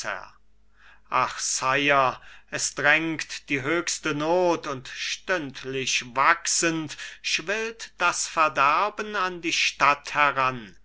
ach sire es drängt die höchste not und stündlich wachsend schwillt das verderben an die stadt heran